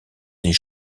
des